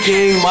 King